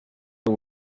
but